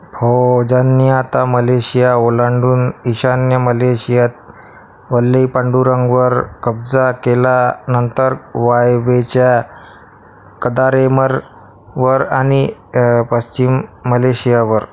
फौजांनी आता मलेशिया ओलांडून ईशान्य मलेशियात वल्लईपंडुरंगवर कब्जा केला नंतर वायव्येच्या कदारेमरवर आणि पश्चिम मलेशियावर